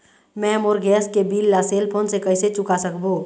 मैं मोर गैस के बिल ला सेल फोन से कइसे चुका सकबो?